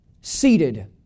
seated